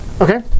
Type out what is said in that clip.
Okay